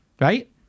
Right